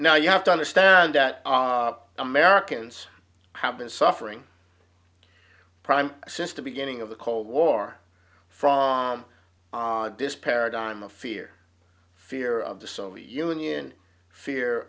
now you have to understand that americans have been suffering prime since the beginning of the cold war from this paradigm of fear fear of the soviet union fear